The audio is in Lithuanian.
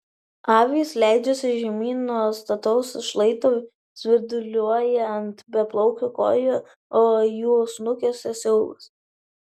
avys leidžiasi žemyn nuo stataus šlaito svirduliuoja ant beplaukių kojų o jų snukiuose siaubas